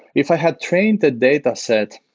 if i had trained the dataset,